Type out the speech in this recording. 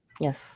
Yes